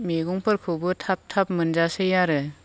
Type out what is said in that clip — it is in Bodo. मेगंफोरखौबो थाब थाब मोनजासै आरो